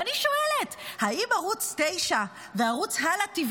ואני שואלת: האם ערוץ 9 וערוץ הלא TV